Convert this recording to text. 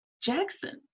Jackson